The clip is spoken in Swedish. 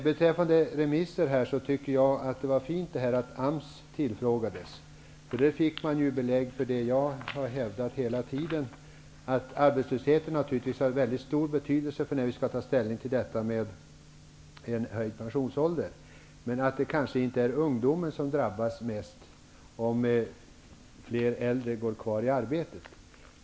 Beträffande remisser tycker jag att det var fint att AMS tillfrågades. Då fick man belägg för det jag har hävdat hela tiden, att arbetslösheten har stor betydelse när vi skall ta ställning till en höjd pensionsålder, men att det kanske inte är ungdomen som drabbas mest om fler äldre går kvar i arbetet.